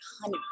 honey